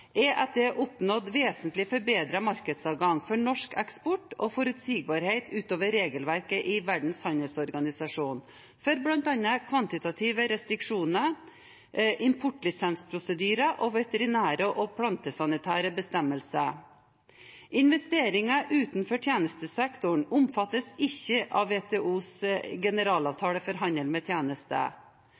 er at det er oppnådd vesentlig forbedret markedsadgang for norsk eksport og forutsigbarhet ut over regelverket i Verdens handelsorganisasjon for bl.a. kvantitative restriksjoner, importlisensprosedyrer og veterinære og plantesanitære bestemmelser. Investeringer utenfor tjenestesektoren omfattes ikke av Generalavtalen for handel med tjenester